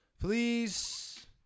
please